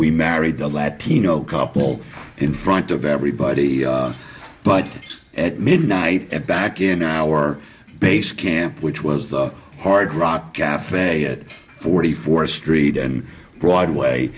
we married the lad teano couple in front of everybody but at midnight at back in our base camp which was the hard rock cafe at forty fourth street and broadway